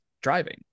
driving